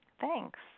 Thanks